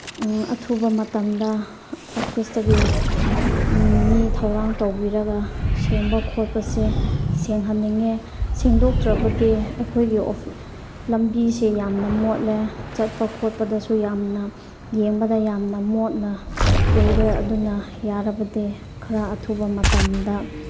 ꯑꯊꯨꯕ ꯃꯇꯝꯗ ꯑꯣꯐꯤꯁꯇꯒꯤ ꯃꯤ ꯊꯧꯔꯥꯡ ꯇꯧꯕꯤꯔꯒ ꯁꯦꯡꯕ ꯈꯣꯠꯄꯁꯦ ꯁꯦꯡꯍꯟꯅꯤꯡꯉꯦ ꯁꯦꯡꯗꯣꯛꯇ꯭ꯔꯕꯗꯤ ꯑꯩꯈꯣꯏꯒꯤ ꯂꯝꯕꯤꯁꯦ ꯌꯥꯝꯅ ꯃꯣꯠꯂꯦ ꯆꯠꯄ ꯈꯣꯠꯄꯗꯁꯨ ꯌꯥꯝꯅ ꯌꯦꯡꯕꯗ ꯌꯥꯝꯅ ꯃꯣꯠꯅ ꯎꯔꯦ ꯑꯗꯨꯅ ꯌꯥꯔꯕꯗꯤ ꯈꯔ ꯑꯊꯨꯕ ꯃꯇꯝꯗ